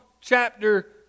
chapter